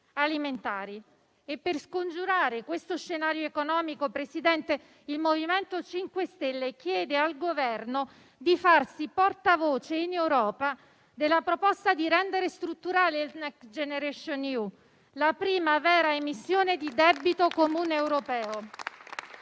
alimentari. Per scongiurare questo scenario economico, Presidente, il MoVimento 5 Stelle chiede al Governo di farsi portavoce in Europa della proposta di rendere strutturale il Next generation EU, la prima vera emissione di debito comune europeo.